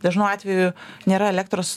dažnu atveju nėra elektros